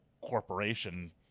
corporation